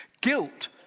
Guilt